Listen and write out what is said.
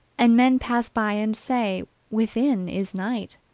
and men pass by and say within is night!